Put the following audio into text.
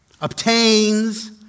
obtains